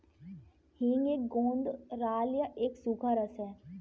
हींग एक गोंद राल या एक सूखा रस है